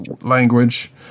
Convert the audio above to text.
language